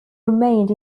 remained